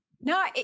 No